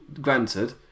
granted